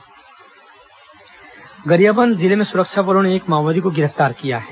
माओवादी गिरफ्तार गरियाबंद जिले में सुरक्षा बलों ने एक माओवादी को गिरफ्तार किया है